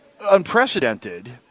unprecedented